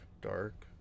Dark